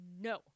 No